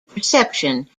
perception